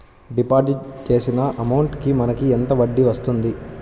Deposit చేసిన amount కి మనకి ఎంత వడ్డీ వస్తుంది?